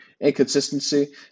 inconsistency